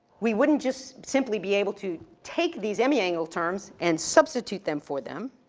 we wouldn't just simply be able to take these semiangle terms and substitute them for them,